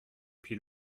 puis